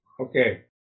okay